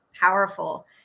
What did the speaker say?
powerful